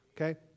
Okay